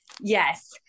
yes